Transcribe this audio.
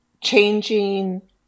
Changing